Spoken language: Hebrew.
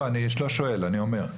אני לא שואל, אני אומר.